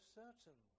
certain